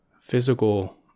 physical